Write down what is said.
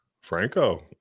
Franco